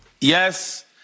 Yes